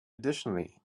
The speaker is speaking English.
additionally